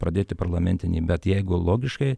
pradėti parlamentinį bet jeigu logiškai